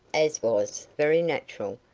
as was very natural,